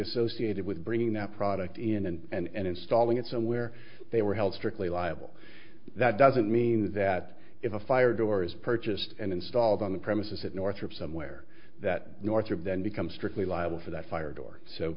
associated with bringing that product in and installing it so where they were held strictly liable that doesn't mean that if a fire doors purchased and installed on the premises at northrop somewhere that northrop then becomes strictly liable for that fire door so